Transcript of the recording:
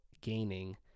gaining